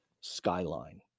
skyline